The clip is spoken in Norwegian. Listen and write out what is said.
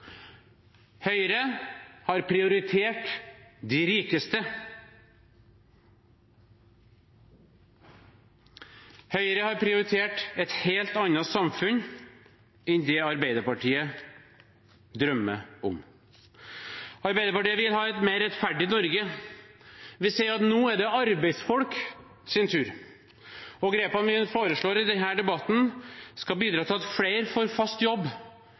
Høyre har prioritert de rikeste. Høyre har prioritert et helt annet samfunn enn det Arbeiderpartiet drømmer om. Arbeiderpartiet vil ha et mer rettferdig Norge. Vi sier at nå er det arbeidsfolks tur. Grepene vi foreslår i denne debatten, skal bidra til at flere får fast jobb.